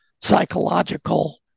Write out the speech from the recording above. psychological